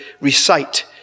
recite